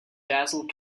dazzle